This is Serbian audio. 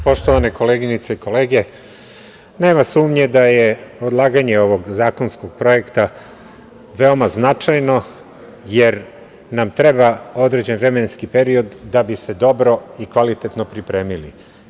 Poštovane koleginice i kolege, nema sumnje da je odlaganje ovog zakonskog projekta veoma značajno, jer nam treba određen vremenski period da bi se dobro i kvalitetno pripremili.